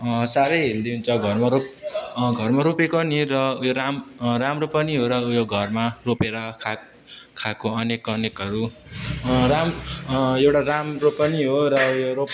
साह्रै हेल्दी हुन्छ घरमा रोप् घरमा रोपेको नि र उयो राम् उयो राम्रो पनि हो र उयो घरमा रोपेर खा खाएको अनेक अनेकहरू राम् एउटा राम्रो पनि हो र उयो रोप्